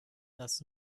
das